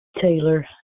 Taylor